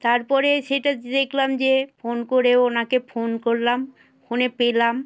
তারপরে সেটা দেখলাম যে ফোন করেও ওনাকে ফোন করলাম ফোনে পেলাম